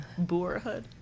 Boorhood